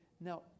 now